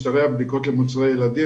משטרי הבדיקות למוצרי ילדים